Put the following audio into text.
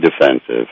defensive